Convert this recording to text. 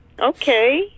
Okay